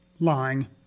lying